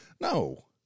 No